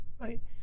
right